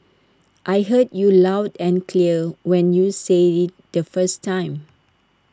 I heard you loud and clear when you said IT the first time